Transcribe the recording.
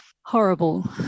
horrible